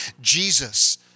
Jesus